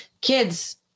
Kids